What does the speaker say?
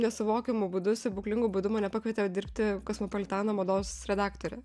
nesuvokiamu būdu stebuklingu būdu mane pakvietė dirbti kosmopolitano mados redaktore